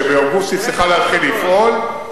באוגוסט היא צריכה להתחיל לפעול,